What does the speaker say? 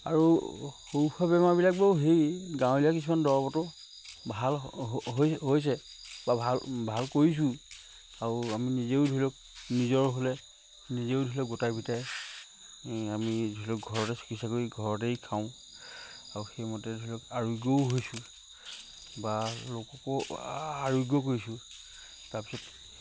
আৰু সৰু সুৰা বেমাৰবিলাক বাৰু সেই গাঁৱলীয়া কিছুমান দৰবতো ভাল হৈছে বা ভাল ভাল কৰিছোঁ আৰু আমি নিজেও ধৰি লওক নিজৰ হ'লে নিজেও ধৰি লওক গোটাই পিটাই আমি ধৰি লওক ঘৰতে চিকিৎসা কৰি ঘৰতেই খাওঁ আৰু সেইমতে ধৰি লওক আৰোগ্যও হৈছোঁ বা লোককো আৰোগ্য কৰিছোঁ তাৰপিছত